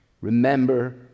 Remember